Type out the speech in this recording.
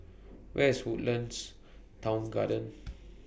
Where IS Woodlands Town Garden